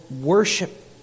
worship